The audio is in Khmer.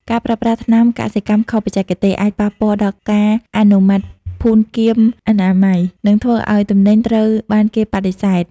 ការប្រើប្រាស់ថ្នាំកសិកម្មខុសបច្ចេកទេស អាចប៉ះពាល់ដល់ការអនុម័តភូតគាមអនាម័យ និងធ្វើឱ្យទំនិញត្រូវបានគេបដិសេធ។